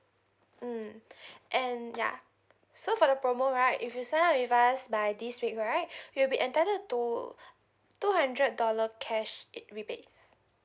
mm and ya so for the promo right if you sign up with us by this week right you'll be entitled to two hundred dollar cash rebates